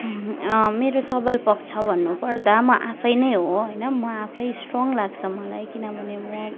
मेरो सबल पक्ष भन्नुपर्दा म आफै नै हो होइन म आफै स्ट्रङ लाग्छ मलाई किनभने म